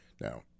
Now